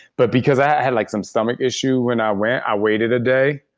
but because i had like some stomach issue when i went, i waited a day.